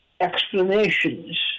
explanations